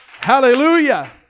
hallelujah